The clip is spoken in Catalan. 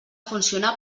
funcionar